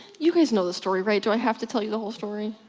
you guys know the story right? do i have to tell you the whole story?